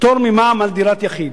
פטור ממע"מ על דירה יחידה.